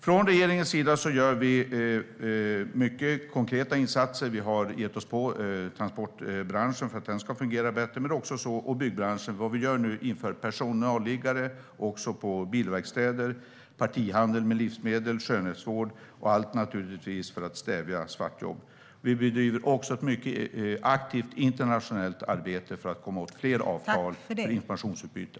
Från regeringens sida gör vi mycket konkreta insatser. Vi har gett oss på transportbranschen för att den ska fungera bättre, och det gäller även byggbranschen. Vad vi gör nu är att införa personalliggare också på bilverkstäder, partihandel med livsmedel och inom skönhetsvård, allt naturligtvis för att stävja svartjobb. Vi bedriver också ett mycket aktivt internationellt arbete för att få till fler avtal för informationsutbyte.